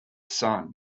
sun